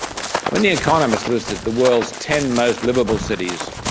when the economist listed the world's ten most liveable cities,